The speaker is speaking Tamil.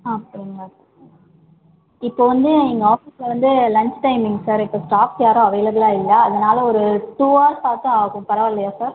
ஆ சொல்லுங்கள் இப்போது வந்து எங்கள் ஆஃபீஸில் வந்து லன்ச் டைமிங் சார் இப்போ ஸ்டாஃப்ஸ் யாரும் அவைளபுலாக இல்லை அதனால் ஒரு டூ ஹார்ஸ் ஆச்சும் ஆகும் பரவாயில்லையா சார்